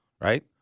Right